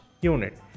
unit